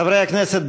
חברי הכנסת,